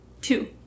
Two